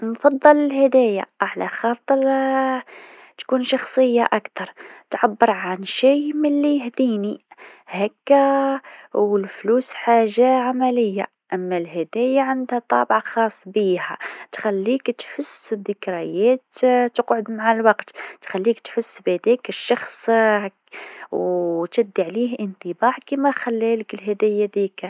نفضل الهدايا على خاطر تكون شخصيه أكثر تعبر عن شي من لي يهديني هكه، والفلوس حاجه عمليه أما الهدايا عندها طابع خاص بيها، تخليك تحس بذكريات تقعد مع الوقت، تخليك تحس بهذاكا الشخص هك- وتهز عليه انطباع كيما خلالك الهديه هذيكا.